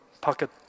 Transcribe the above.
pocket